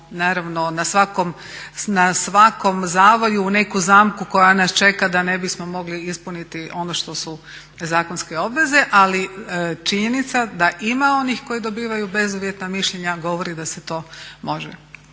naravno na svakom zavoju neku zamku koja nas čeka da ne bismo mogli ispuniti ono što su zakonske obveze. Ali činjenica je da ima onih koji dobivaju bezuvjetna mišljenja govori da se to može.